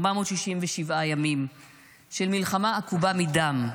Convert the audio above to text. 467 ימים של מלחמה עקובה מדם,